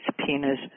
subpoenas